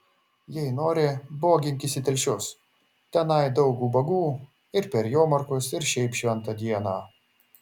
jei nori boginkis į telšius tenai daug ubagų ir per jomarkus ir šiaip šventą dieną